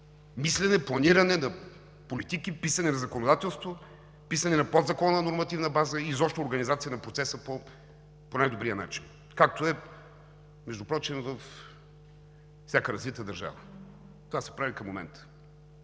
мислене, планиране на политики, писане на законодателство, писане на подзаконова нормативна база и изобщо организация на процеса по най-добрия начин, както е впрочем във всяка развита държава. Това се прави към момента